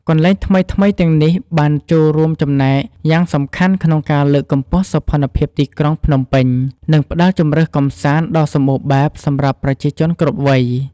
កន្លែងថ្មីៗទាំងនេះបានចូលរួមចំណែកយ៉ាងសំខាន់ក្នុងការលើកកម្ពស់សោភ័ណភាពទីក្រុងភ្នំពេញ និងផ្តល់ជម្រើសកម្សាន្តដ៏សម្បូរបែបសម្រាប់ប្រជាជនគ្រប់វ័យ។